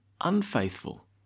unfaithful